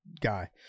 guy